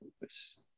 purpose